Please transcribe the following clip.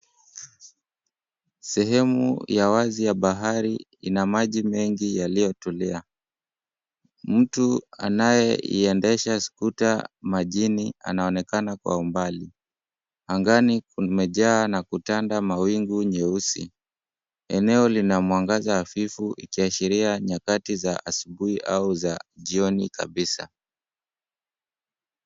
Sehemu ya wazi ya bahari ina maji mengi yaliotulia. Mtu anayeiendesha skuta majini anaonekama kwa umbali. Angani kumejaa na kutanda mawingu nyeusi. Eneo lina mwangaza hafifu inayoashiria nyakati za asubuhi au za jioni kabisa.